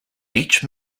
each